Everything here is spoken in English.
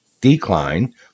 decline